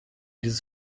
dieses